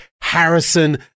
Harrison